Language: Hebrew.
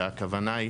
והכוונה היא